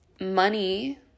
money